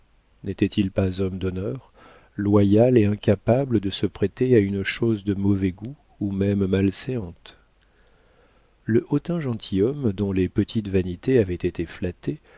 n'était-il pas homme d'honneur loyal et incapable de se prêter à une chose de mauvais goût ou même malséante le hautain gentilhomme dont les petites vanités avaient été flattées